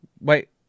wait